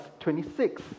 26